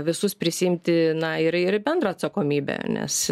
visus prisiimti na ir ir bendrą atsakomybę nes